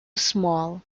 small